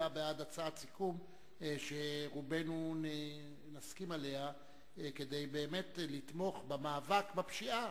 בעד הצעת סיכום שרובנו נסכים עליה כדי לתמוך במאבק בפשיעה.